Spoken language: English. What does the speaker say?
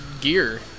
gear